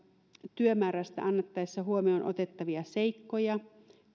työmääräystä annettaessa huomioon otettavia seikkoja